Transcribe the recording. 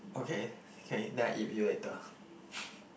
okay can then I eat with you later